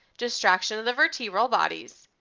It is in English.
distraction of the vertebral bodies.